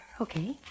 Okay